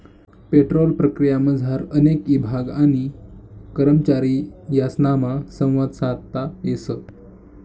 petrol प्रक्रियामझार अनेक ईभाग आणि करमचारी यासनामा संवाद साधता येस